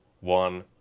one